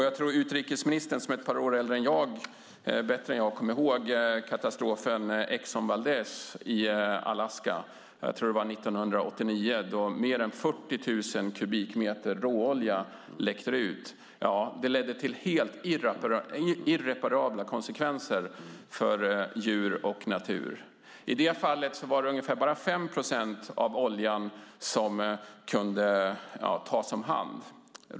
Jag tror att utrikesministern, som är ett par år äldre än jag, bättre än jag kommer ihåg kommer ihåg katastrofen med Exxon Valdez i Alaska - jag tror att det var 1989 - då mer än 40 000 kubikmeter råolja läckte ut. Det ledde till helt irreparabla konsekvenser för djur och natur. I det fallet var det bara ungefär 5 procent av oljan som kunde tas om hand.